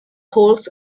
holds